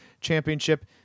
championship